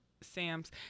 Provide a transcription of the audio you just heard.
Sam's